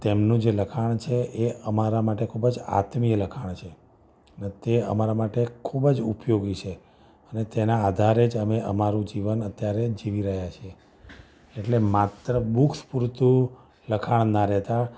તેમનું જે લખાણ છે એ અમારા માટે એ ખૂબ જ આત્મીય લખાણ છે અને તે અમારા માટે ખૂબ જ ઉપયોગી છે અને તેનાં આધારે જ અમે અમારું જીવન અત્યારે જીવી રહ્યા છીએ એટલે માત્ર બૂક્સ પુરતું લખાણ ના રહેતાં